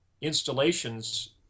installations